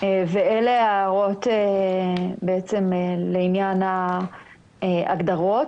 אלה ההערות לעניין ההגדרות.